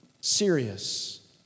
serious